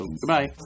goodbye